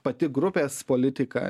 pati grupės politika